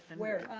and where,